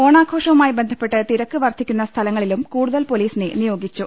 ഓണാഘോഷവുമായി ബന്ധപ്പെട്ട് തിരക്ക് വർദ്ധിക്കുന്ന സ്ഥലങ്ങളിലും കൂടുതൽ പൊലീസിനെ നിയോഗിച്ചു